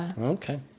okay